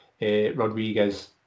Rodriguez